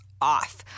off